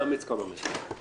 תאמץ כמה מהן.